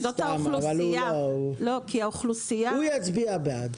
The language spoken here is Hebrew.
הוא יצביע בעד.